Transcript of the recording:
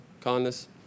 kindness